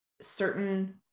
Certain